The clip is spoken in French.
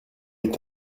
est